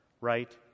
right